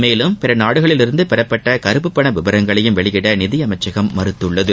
மேலும் பிற நாடுகளிலிருந்து பெறப்பட்ட கறுப்புப்பண விவரங்களையும் வெளியிட நிதி அமைச்சகம் மறுத்துள்ளது